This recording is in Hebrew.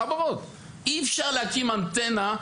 לחברות להקים אנטנות.